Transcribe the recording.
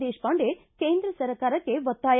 ದೇಶಪಾಂಡೆ ಕೇಂದ್ರ ಸರ್ಕಾರಕ್ಕೆ ಒತ್ತಾಯ